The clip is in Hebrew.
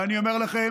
ואני אומר לכם,